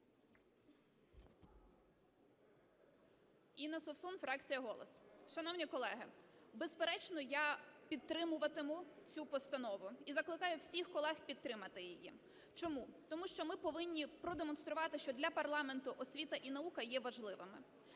Інна Совсун, фракція "Голос". Шановні колеги, безперечно, я підтримуватиму цю постанову і закликаю всіх колег підтримати її. Чому? Тому що ми повинні продемонструвати, що для парламенту освіта і наука є важливими.